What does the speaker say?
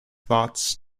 thoughts